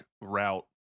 route